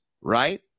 right